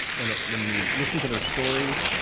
and when you listen to their stories,